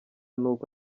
n’uko